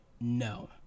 no